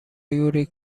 یوری